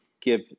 give